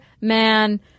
man